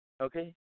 Okay